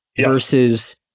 versus